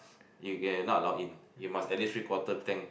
you get not allowed in you must at least three quarter tank